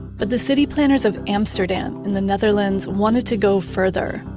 but the city planners of amsterdam in the netherlands wanted to go further.